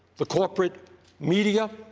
the corporate media,